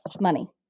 money